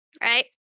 right